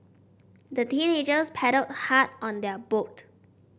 the teenagers paddled hard on their boat